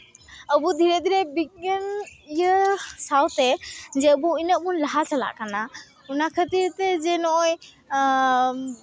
ᱟᱵᱚ ᱫᱷᱤᱨᱮ ᱫᱷᱤᱨᱮ ᱵᱤᱜᱽᱜᱟᱱ ᱤᱭᱟᱹ ᱥᱟᱶᱛᱮ ᱡᱮ ᱟᱵᱚ ᱤᱱᱟᱹᱜ ᱵᱚᱱ ᱞᱟᱦᱟ ᱪᱟᱞᱟᱜ ᱠᱟᱱᱟ ᱚᱱᱟ ᱠᱷᱟᱹᱛᱤᱨ ᱛᱮ ᱡᱮ ᱱᱚᱜᱼᱚᱸᱭ